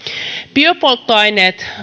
biopolttoaineet